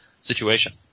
situation